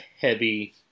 heavy